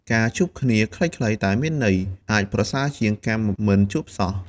ការជួបគ្នាខ្លីៗតែមានន័យ អាចប្រសើរជាងការមិនជួបសោះ។